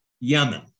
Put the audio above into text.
Yemen